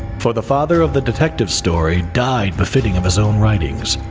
for the father of the detective story died befitting of his own writings,